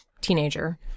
teenager